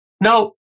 Now